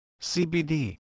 CBD